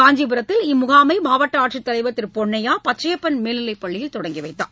காஞ்சிபுரத்தில் இம்முகாமை மாவட்ட ஆட்சித் தலைவர் திரு பொன்னையா பச்சையப்பன் மேல்நிலைப் பள்ளியில் தொடங்கிவைத்தார்